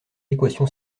l’équation